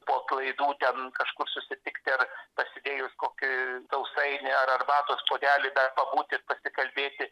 po atlaidų ten kažkur susitikti ar pasidėjus kokį sausainį ar arbatos puodelį dar pabūti pasikalbėti